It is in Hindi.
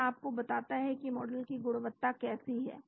यह आपको बताता है कि मॉडल की गुणवत्ता कैसी है